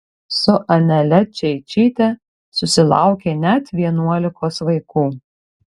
su anele čeičyte susilaukė net vienuolikos vaikų